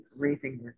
raising